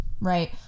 right